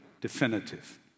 definitive